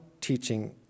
teaching